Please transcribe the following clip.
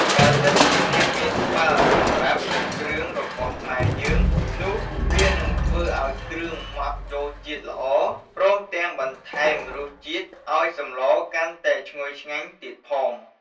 បើសិនជាអ្នកមានត្បាល់សម្រាប់បុកគ្រឿងរបស់ខ្មែរយើង នោះវានឹងធ្វើឱ្យគ្រឿងម៉ដ្ដចូលជាតិល្អ ព្រមទាំងបន្ថែមរសជាតិឱ្យសម្លកាន់តែឈ្ងុយឆ្ងាញ់ទៀតផង។